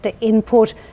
input